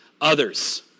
others